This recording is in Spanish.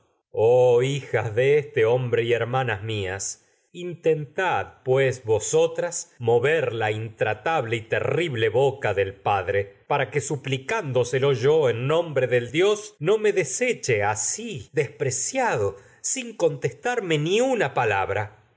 oh hijas de este hermanas y mías intentad pues vosotras para mover intratable terrible boca del nombre del padre no me que suplicándoselo así yo en dios ni deseche despreciado sin contestarme una palabra